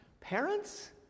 Parents